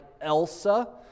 Elsa